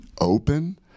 open